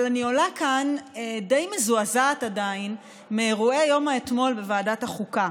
אבל אני עולה לכאן די מזועזעת עדיין מאירועי יום האתמול בוועדת החוקה,